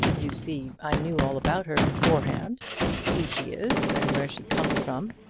you see i knew all about her beforehand who she is, and where she comes from.